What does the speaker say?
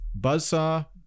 Buzzsaw